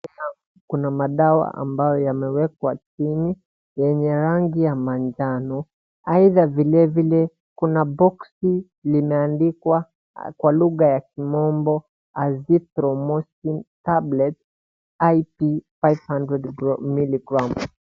Kuna madawa ambayo yamewekwa chini yenye rangi ya manjano. Aidha vile vile kuna boksi limeandikwa kwa lugha ya kimombo Azithromycin tablets IP 500mg .